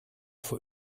vor